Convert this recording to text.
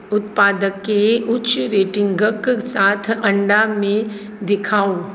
उत्पादकके उच्च रेटिंगक साथ अण्डामे देखाउ